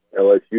LSU